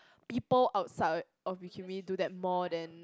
people outside of Wee-Kim-Wee do that more than